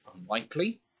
unlikely